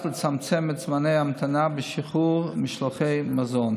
לצמצם את זמני ההמתנה בשחרור משלוחי מזון.